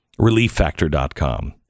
ReliefFactor.com